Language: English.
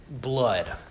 blood